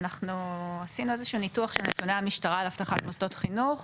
אנחנו עשינו איזה שהוא ניתוח של נתוני המשטרה על אבטח מוסדות חינוך.